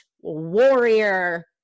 warrior